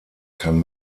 kann